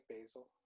basil